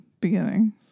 beginning